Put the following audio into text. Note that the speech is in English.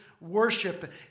worship